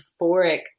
euphoric